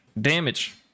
damage